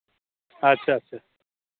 ᱟᱪᱪᱷᱟ ᱟᱪᱪᱷᱟ